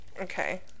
Okay